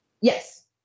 Yes